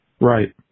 right